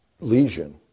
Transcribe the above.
lesion